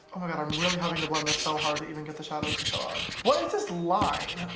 oh my god i'm really having to blend this so hard to even get the shadows to show up! what is this line! ah